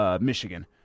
Michigan